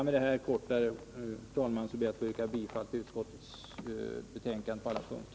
Med det här korta inlägget ber jag, herr talman, att få yrka bifall till utskottets hemställan på alla punkter.